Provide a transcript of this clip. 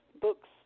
books